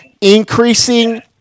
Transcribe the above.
increasing